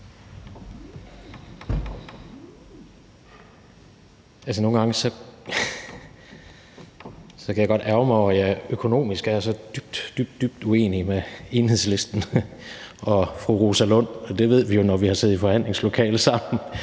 nogle gange kan jeg godt ærgre mig over, at jeg økonomisk er så dybt, dybt uenig med Enhedslisten og fru Rosa Lund, og det ved vi jo, når vi har siddet i forhandlingslokale sammen,